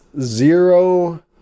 zero